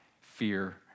fear